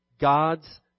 God's